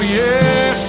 yes